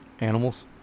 Animals